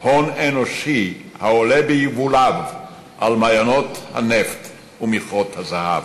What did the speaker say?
הון אנושי העולה ביבוליו על מעיינות הנפט ומכרות הזהב,